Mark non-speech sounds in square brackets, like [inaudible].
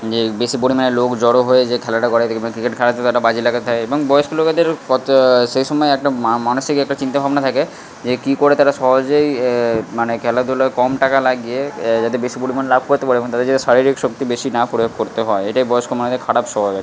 যে বেশি পরিমাণে লোক জড়ো হয়ে যে খেলাটা করে বেকবে [unintelligible] ক্রিকেট খেলাতে তারা বাজি লাগা ধ্যায় [unintelligible] এবং বয়স্ক লোকেদের কতা [unintelligible] সেই সময় একটা মানসিক একটা চিন্তা ভাবনা থাকে যে কী করে তারা সহজেই মানে খেলাধূলা কম টাকা লাগিয়ে যাতে বেশি পরিমাণ লাভ করতে পারে এবং তাদের যেন শারীরিক শক্তি বেশি না প্রয়োগ করতে হয় এটাই বয়স্ক মানুষদের খারাপ স্বভাব একটা